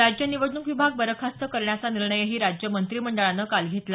राज्य निवडणूक विभाग बरखास्त करण्याचा निर्णयही राज्य मंत्रिमंडळानं काल घेतला